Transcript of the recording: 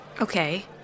Okay